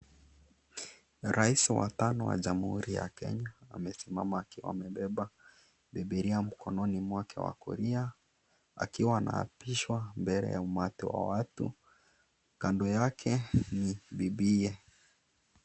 Rais wa tano wa jamhuri ya Kenya amesimama akiwa amebeba bibiria mkononi mwake wa kulia akiwa anaapishwa mbele ya umati wa watu, kando yake ni bibiye.